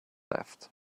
left